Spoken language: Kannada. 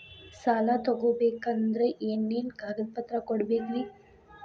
ಸಾಲ ತೊಗೋಬೇಕಂದ್ರ ಏನೇನ್ ಕಾಗದಪತ್ರ ಕೊಡಬೇಕ್ರಿ?